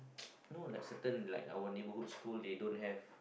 you know like certain like our neighbourhood school they don't have